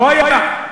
לא היה.